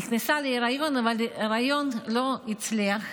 היא נכנסה להיריון אבל ההיריון לא הצליח.